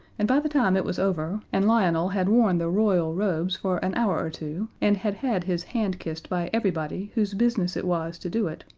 and by the time it was over, and lionel had worn the royal robes for an hour or two and had had his hand kissed by everybody whose business it was to do it,